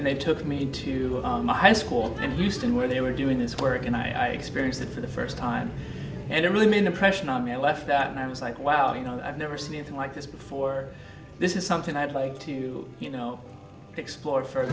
and they took me to my high school in houston where they were doing this work and i experienced it for the first time and i really mean the pressure on me i left that and i was like wow you know i've never seen anything like this before this is something i'd like to you know explore f